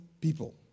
people